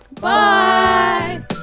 Bye